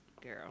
girl